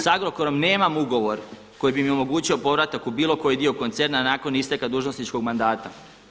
S Agrokorom nemam ugovor koji bi mi omogućio povratak u bilo koji dio koncerna nakon isteka dužnosničkog mandata.